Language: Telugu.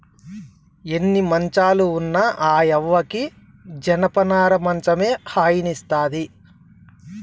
ఎన్ని మంచాలు ఉన్న ఆ యవ్వకి జనపనార మంచమే హాయినిస్తాది